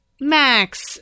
Max